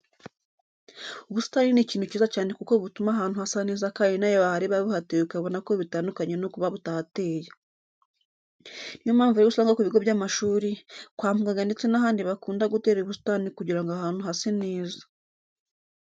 Ubusitani ni ikintu cyiza cyane kuko butuma ahantu hasa neza kandi nawe wahareba buhateye ukabona ko bitandukanye no kuba butahateye. Niyo mpamvu rero usanga ku bigo by'amashuri, kwa muganga ndetse n'ahandi bakunda gutera ubusitani kugira ngo ahantu hase neza.